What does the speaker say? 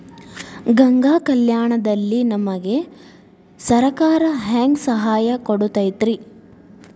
ಗಂಗಾ ಕಲ್ಯಾಣ ದಲ್ಲಿ ನಮಗೆ ಸರಕಾರ ಹೆಂಗ್ ಸಹಾಯ ಕೊಡುತೈತ್ರಿ?